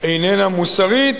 איננה מוסרית,